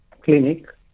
clinic